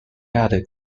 other